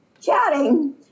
chatting